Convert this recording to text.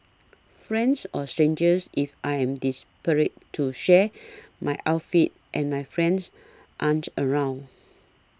friends or strangers if I am desperate to share my outfit and my friends aren't around